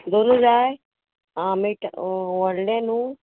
दोनू जाय आं मिठ व्होडले न्हू